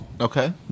Okay